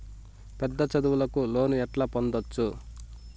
పెద్ద చదువులకు లోను ఎట్లా పొందొచ్చు